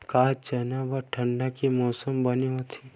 का चना बर ठंडा के मौसम बने होथे?